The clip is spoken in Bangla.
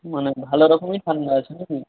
মানে ভালো রকমই ঠান্ডা আছে নাকি